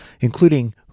including